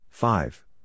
Five